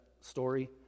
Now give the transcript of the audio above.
story